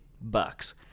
bucks